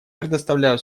предоставляю